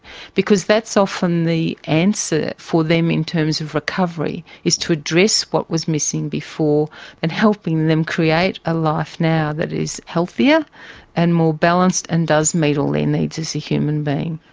because that's often the answer for them in terms of recovery, is to address what was missing before and helping them create a life now that is healthier and more balanced and does meet all their needs as a human being.